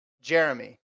Jeremy